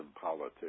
politics